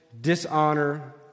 dishonor